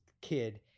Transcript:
kid